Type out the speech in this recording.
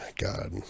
God